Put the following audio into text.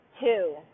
two